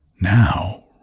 now